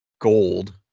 Gold